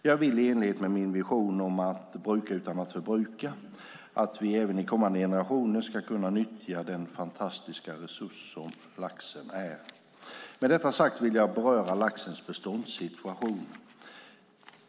Jag vill, i enlighet med min vision om att bruka utan att förbruka, att vi även i kommande generationer ska kunna nyttja den fantastiska resurs som laxen är. Med detta sagt vill jag beröra laxens beståndssituation.